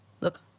look